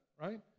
right